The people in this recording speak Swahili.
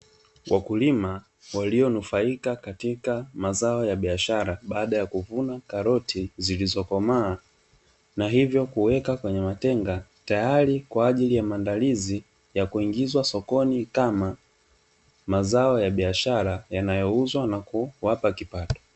Wakulima walionufaika katika mazao ya biashara baada ya kuvuna karoti zilizokomaa na hivyo kuweka kwenye matenga, tayari kwa ajili ya maandalizi ya kuingizwa sokoni kama mazao ya biashara yanayouzwa na kuwapa kipato.